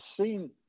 seen